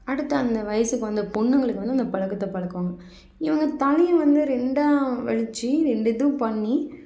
அடுத்த அந்த வயசுக்கு வந்த பொண்ணுங்களுக்கு வந்து அந்த பழக்கத்த பழக்குவாங்க இவங்க தலையை வந்து ரெண்டாக வலித்து ரெண்டு இது பண்ணி